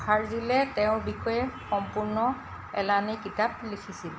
ভাৰ্জিলে তেওঁৰ বিষয়ে সম্পূৰ্ণ এলানি কিতাপ লিখিছিল